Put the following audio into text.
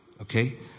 Okay